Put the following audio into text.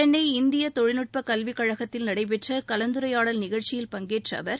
சென்னை இந்திய தொழில்நுட்ப கல்விக்கழகத்தில் நடைபெற்ற கலந்துரையாடல் நிகழ்ச்சியில் பங்கேற்ற அவர்